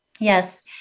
Yes